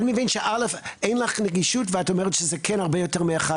הגיעו למקור לפחות שלוש תלונות לפעמים זה הרבה יותר,